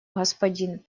господин